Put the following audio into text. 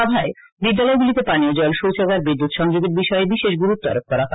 সভায় বিদ্যালয়গুলিতে পানীয় জল শৌচাগার বিদু ্য়ৎ সংযোগ বিষয়ে বিশেষ গুরুত্ব আরোপ করা হয়